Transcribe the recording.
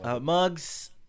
mugs